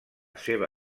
seva